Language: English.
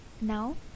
Now